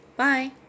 Bye